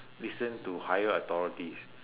listen to higher authorities